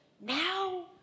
now